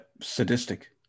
sadistic